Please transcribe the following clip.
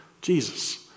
Jesus